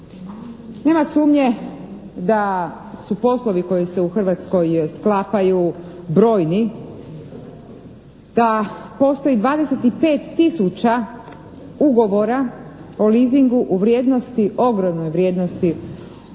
Nema sumnje da su poslovi koji se u Hrvatskoj sklapaju, brojni, da postoji 25 tisuća ugovora o leasingu u vrijednosti, ogromnoj vrijednosti